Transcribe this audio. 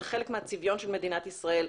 זה חלק מהצביון של מדינת ישראל.